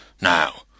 Now